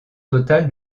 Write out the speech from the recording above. total